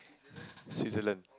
Switzerland